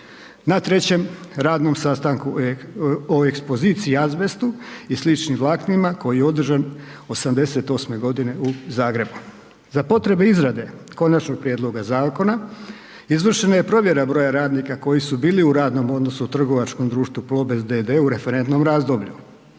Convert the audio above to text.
na 3. radnom sastanku o ekspoziciji i azbestu i sličnim vlaknima koji je održan 88. g. u Zagrebu. Za potrebe izrade konačnog prijedloga zakona izvršena je provjera broja radnika koji su bili u radnom odnosu u trgovačkom društvu Plobest d.d. u referentnom razdoblju.